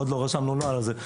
עוד לא רשמנו נוהל על זה.